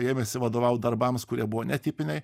ėmėsi vadovaut darbams kurie buvo netipiniai